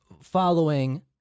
following